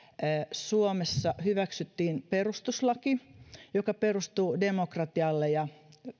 suomessa hyväksyttiin perustuslaki joka perustuu demokratialle ja